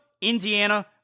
Indiana